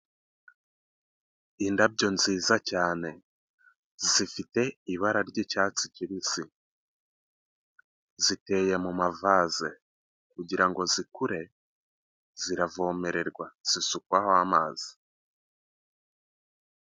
Indabyo nziza cyane zifite ibara ry'icyatsi kibisi ziteye mu mavase kugira ngo zikure ziravomererwa zisukwaho amazi.